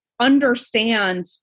understand